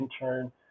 intern